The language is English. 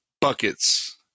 buckets